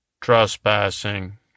trespassing